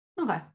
Okay